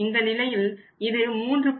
இந்த நிலையில் இது 3